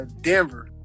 Denver